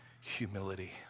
humility